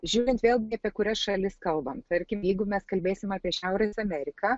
žiūrint vėl gi apie kurias šalis kalbame tarkim jeigu mes kalbėsim apie šiaurės ameriką